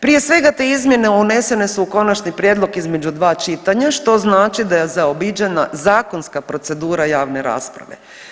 Prije svega te izmjene unesene su u konačni prijedlog između dva čitanja, što znači da je zaobiđena zakonska procedura javne rasprave.